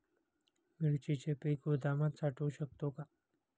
मिरचीचे पीक गोदामात साठवू शकतो का?